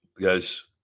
Guys